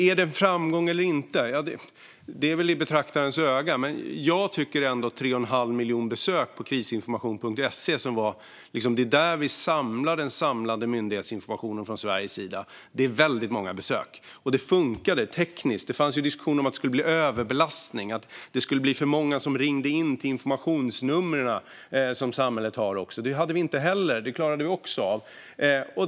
Var det en framgång eller inte? Det ligger väl i betraktarens öga. Jag tycker ändå att 3 1⁄2 miljon besök på Krisinformation.se, där den samlade myndighetsinformationen i Sverige finns, är väldigt många besök. Det funkade också tekniskt. Det fanns ju diskussion om att det skulle bli överbelastning och att för många skulle ringa in till de informationsnummer som samhället har. Så blev det inte heller. Det klarade vi också av.